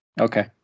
Okay